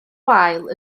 wael